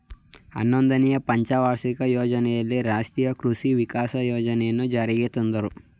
ಹನ್ನೊಂದನೆನೇ ಪಂಚವಾರ್ಷಿಕ ಯೋಜನೆಯಲ್ಲಿ ರಾಷ್ಟ್ರೀಯ ಕೃಷಿ ವಿಕಾಸ ಯೋಜನೆಯನ್ನು ಜಾರಿಗೆ ತಂದರು